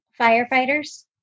firefighters